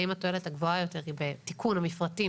האם התועלת הגבוהה יותר היא בתיקון המפרטים